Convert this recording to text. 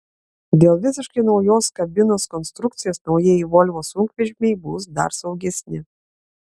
dėl visiškai naujos kabinos konstrukcijos naujieji volvo sunkvežimiai bus dar saugesni